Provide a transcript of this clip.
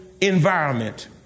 environment